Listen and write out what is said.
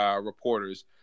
reporters